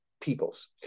peoples